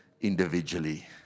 individually